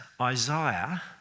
Isaiah